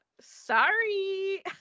sorry